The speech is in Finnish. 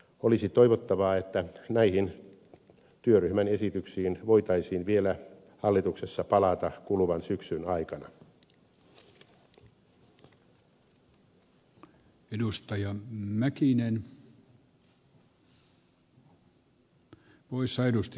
olisi toivottavaa että näihin työryhmän esityksiin voitaisiin vielä hallituksessa palata kuluvan syksyn aikana